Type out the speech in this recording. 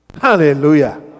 Hallelujah